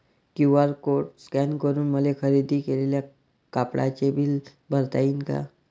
QR code scan करून मले खरेदी केलेल्या कापडाचे बिल भरता यीन का?